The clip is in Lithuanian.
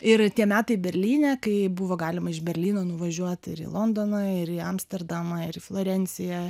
ir tie metai berlyne kai buvo galima iš berlyno nuvažiuot ir į londoną ir į amsterdamą ir į florenciją